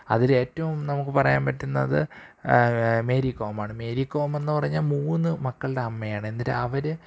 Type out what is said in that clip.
അതിലേറ്റവും നമുക്ക് പറയാന് പറ്റുന്നത് മേരികോമാണ് മേരികൊമെന്നു പറഞ്ഞാല് മൂന്ന് മക്കളുടെ അമ്മയാണ് എന്നിട്ട് അവര്